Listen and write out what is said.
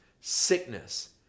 sickness